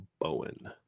Bowen